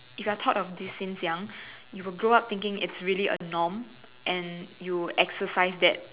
if your taught of this since young you will grow up thinking it's really a norm and you would exercise that